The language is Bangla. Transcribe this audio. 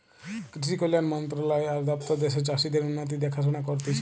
কৃষি কল্যাণ মন্ত্রণালয় আর দপ্তর দ্যাশের চাষীদের উন্নতির দেখাশোনা করতিছে